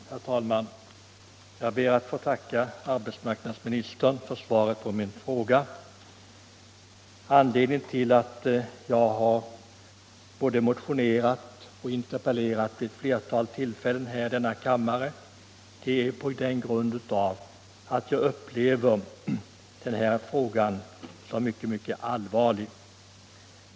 Herr talman! Jag ber att få tacka arbetsmarknadsministern för svaret på min fråga. Anledningen till att jag har både motionerat och interpellerat om detta vid ett flertal tillfällen i denna kammare är att jag upplever den här frågan som mycket, mycket allvarlig.